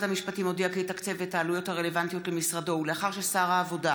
המשפטים הודיע כי יתקצב את העלויות הרלוונטיות למשרדו ולאחר ששר העבודה,